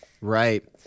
Right